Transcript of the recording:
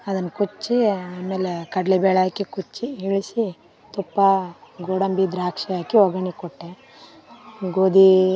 ಅದನ್ನು ಕುಚ್ಚಿ ಆಮೇಲೆ ಕಡಲೆ ಬೇಳೆ ಹಾಕಿ ಕುಚ್ಚಿ ಇಳಿಸಿ ತುಪ್ಪ ಗೋಡಂಬಿ ದ್ರಾಕ್ಷಿ ಹಾಕಿ ಒಗ್ಗರಣೆ ಕೊಟ್ಟೆ ಗೋಧಿ